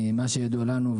ממה שידוע לנו,